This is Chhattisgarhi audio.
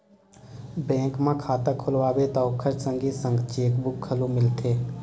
बेंक म खाता खोलवाबे त ओखर संगे संग चेकबूक घलो मिलथे